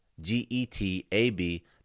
g-e-t-a-b